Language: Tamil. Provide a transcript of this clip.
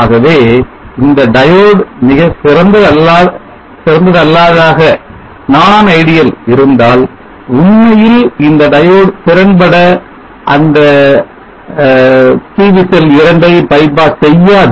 ஆகவே இந்த diode மிகச்சிறந்ததல்லாததாக இருந்தால் உண்மையில் இந்த diode திறன்பட அதை bypass செய்யாது